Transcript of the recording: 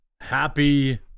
Happy